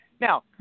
Now